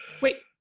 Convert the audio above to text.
wait